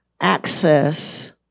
access